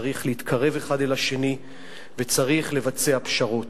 צריך להתקרב האחד אל השני וצריך לבצע פשרות.